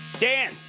Dan